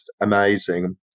amazing